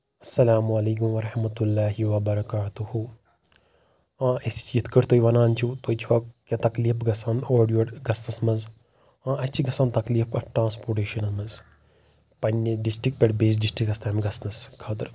اسلامُ علیکم ورحمتہ اللّٰہِ وبرکاتہٗ آ أسۍ چھ یِتھ کأٹھۍ تُہۍ ونان چھُو تۄہہِ چھُوا کیٚنٛہہ تکلیٖف گژھان اورٕ یورٕ گژھنس منٛز آ اَسہِ چھ گژھان تکلیٖف اَتھ ٹرانسپوٹیشنن منٛز پننہِ ڈِسٹک پٮ۪ٹھ بیٚیِس ڈِسٹِکس تام گژھنَس خأطرٕ